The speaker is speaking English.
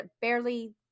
barely